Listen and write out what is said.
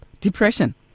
depression